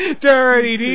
Dirty